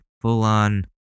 full-on